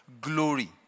glory